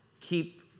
keep